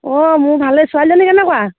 অঁ মোৰ ভালে ছোৱালীজনী কেনেকুৱা